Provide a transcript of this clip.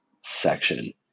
section